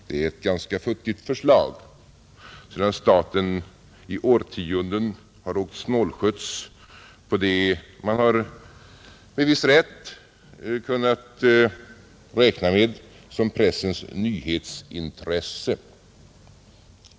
Det är ett ganska futtigt förslag, sedan staten i årtionden åkt snålskjuts på det som man med viss rätt kunnat räkna med som pressens nyhetsintresse.